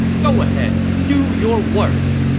go ahead do your worst!